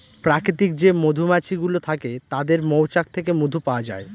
প্রাকৃতিক যে মধুমাছি গুলো থাকে তাদের মৌচাক থেকে মধু পাওয়া যায়